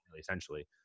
essentially